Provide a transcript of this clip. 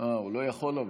אבל הוא לא יכול,